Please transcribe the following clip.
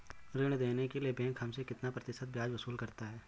ऋण देने के लिए बैंक हमसे कितना प्रतिशत ब्याज वसूल करता है?